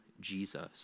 Jesus